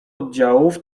oddziałów